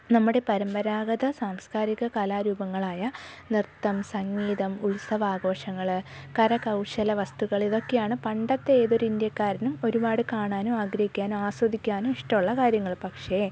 നമ്മുടെ പരമ്പരാഗത സാംസ്കാരിക കലാരൂപങ്ങളായ നൃത്തം സംഗീതം ഉത്സവാഘോഷങ്ങൾ കരകൗശല വസ്തുക്കൾ ഇതൊക്കെയാണ് പണ്ടത്തെ ഏതൊരു ഇന്ത്യക്കാരനും ഒരുപാട് കാണാനും ആഗ്രഹിക്കാനും ആസ്വദിക്കാനും ഇഷ്ടമുള്ള കാര്യങ്ങൾ പക്ഷേ